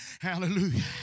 hallelujah